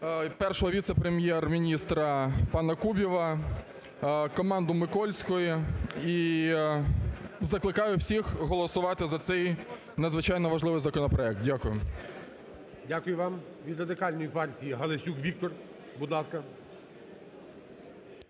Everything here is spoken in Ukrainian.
Першого віце-прем'єр-міністра пана Кубіва, команду Микольської. І закликаю всіх голосувати за цей надзвичайно важливий законопроект. Дякую. ГОЛОВУЮЧИЙ. Дякую вам. Від Радикальної партії – Галасюк Віктор. Будь ласка.